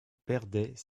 perdait